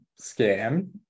scam